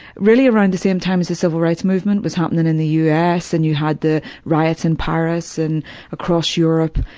really around the same time as the civil rights movement was happening in the u. s. and you had the riots in paris and across europe.